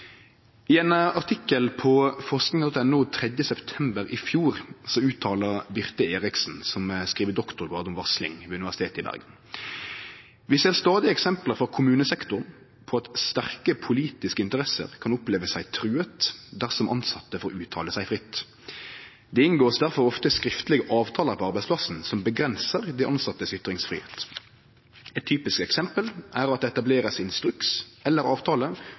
I ein artikkel på forskning.no den 3. september i fjor uttaler Birte Eriksen, som skriv doktorgrad om varsling ved Universitetet i Bergen: «Vi ser blant annet stadig eksempler fra kommunesektoren på at sterke politiske interesser kan oppleve seg truet dersom ansatte får uttale seg fritt. Det inngås derfor ofte skriftlige avtaler på arbeidsplassen som begrenser de ansattes ytringsfrihet. Et typisk eksempel er at det etableres instruks eller avtale